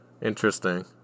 Interesting